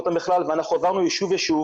אנחנו עברנו ישוב ישוב,